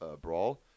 brawl